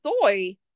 Soy